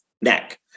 neck